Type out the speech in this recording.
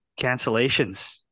cancellations